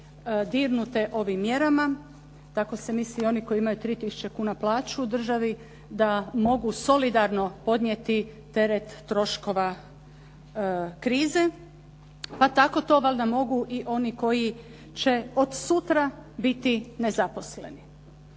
dirnute ovim mjerama. Tako se misli oni koji imaju 3 tisuće kuna plaću u državi da mogu solidarno podnijeti teret troškova krize, pa tako to valjda mogu i oni koji će od sutra biti nezaposleni.